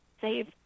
save